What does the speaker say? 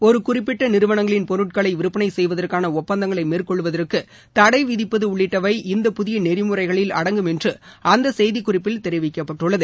ஒரு குறிப்பிட்ட நிறுவனங்களின் பொருட்களை விற்பனை செய்வதற்கான ஒப்பந்தங்களை மேற்கொள்வதற்கு தடை விதிப்பது உள்ளிட்டவை இந்த புதிய நெறிமுறைகளில் அடங்கும் என்று அந்த செய்திக்குறிப்பில் தெரிவிக்கப்பட்டுள்ளது